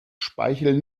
speichel